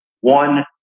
One